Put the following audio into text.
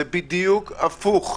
זה בדיוק הפוך.